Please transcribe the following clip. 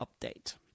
update